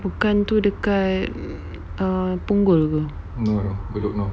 bukan tu dekat err punggol [pe]